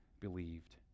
believed